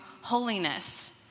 holiness